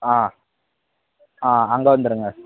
ஆ ஆ ஆ அங்கே வந்து இருங்க